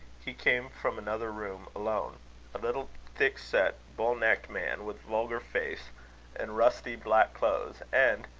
he came from another room alone a little, thick-set, bull-necked man, with vulgar face and rusty black clothes and,